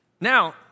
Now